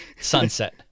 sunset